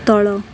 ତଳ